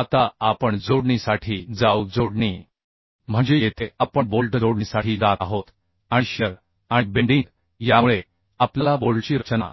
आता आपण जोडणीसाठी जाऊ जोडणी म्हणजे येथे आपण बोल्ट जोडणीसाठी जात आहोत आणि शिअर आणि बेंडिंग यामुळे आपल्याला बोल्टची रचना